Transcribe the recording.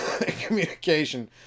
communication